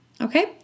okay